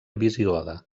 visigoda